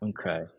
Okay